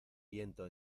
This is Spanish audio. viento